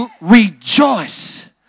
rejoice